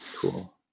cool